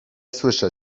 słyszę